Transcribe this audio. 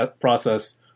process